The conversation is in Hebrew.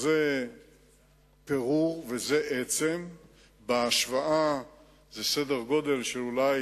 זה פירור וזה עצם בהשוואה, זה אולי